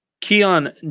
Keon